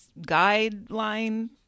guideline